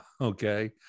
Okay